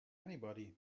anybody